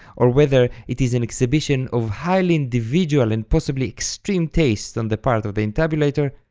or whether it is an exhibition of highly individual and possibly extreme taste on the part of the intabulator,